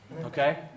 Okay